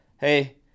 hey